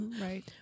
Right